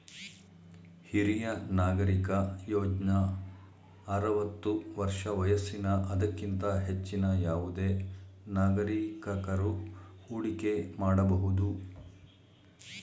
ಹಿರಿಯ ನಾಗರಿಕ ಯೋಜ್ನ ಆರವತ್ತು ವರ್ಷ ವಯಸ್ಸಿನ ಅದಕ್ಕಿಂತ ಹೆಚ್ಚಿನ ಯಾವುದೆ ನಾಗರಿಕಕರು ಹೂಡಿಕೆ ಮಾಡಬಹುದು